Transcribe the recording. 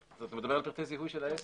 אתה מדבר על פרטי הזיהוי של העסק.